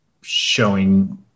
showing